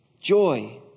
Joy